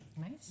Nice